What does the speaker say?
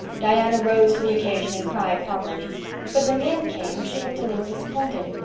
diana rose to the occasion and cried properly but, when the end came, she looked a little disappointed.